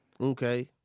Okay